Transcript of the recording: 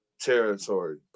territory